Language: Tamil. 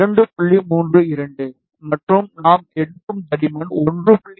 32 மற்றும் நாம் எடுக்கும் தடிமன் 1